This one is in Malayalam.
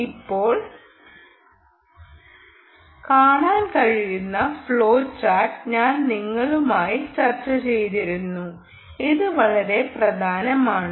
ഇപ്പോൾ കാണാൻ കഴിയുന്ന ഫ്ലോ ചാർട്ട് ഞാൻ നിങ്ങളുമായി ചർച്ചചെയ്തിരുന്നു അത് വളരെ പ്രധാനമാണ്